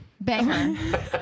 Banger